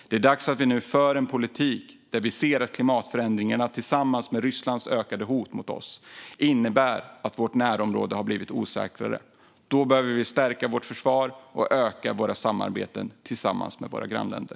Det är nu dags att vi för en politik där vi ser att klimatförändringarna tillsammans med Rysslands ökade hot mot oss innebär att vårt närområde har blivit osäkrare. Då behöver vi stärka vårt försvar och öka våra samarbeten med våra grannländer.